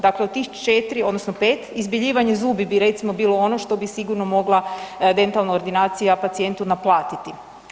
Dakle, od 4 odnosno 5 izbjeljivanje zubi bi recimo bilo ono što bi sigurno mogla dentalna ordinacija pacijentu naplatiti.